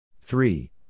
three